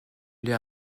aller